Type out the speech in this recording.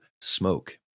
smoke